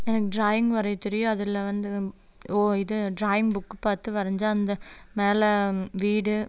எனக்கு டிராயிங் வரைய தெரியும் அதில் வந்து ஓ இது டிராயிங் புக்கு பார்த்து வரைஞ்சா அந்த மேல வீடு